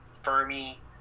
Fermi